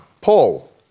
Paul